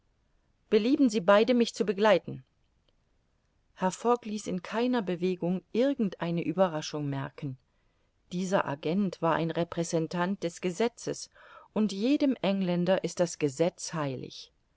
belieben sie beide mich zu begleiten herr fogg ließ in keiner bewegung irgend eine ueberraschung merken dieser agent war ein repräsentant des gesetzes und jedem engländer ist das gesetz heilig